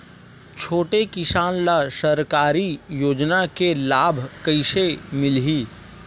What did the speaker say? छोटे किसान ला सरकारी योजना के लाभ कइसे मिलही?